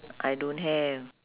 I don't have